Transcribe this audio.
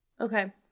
Okay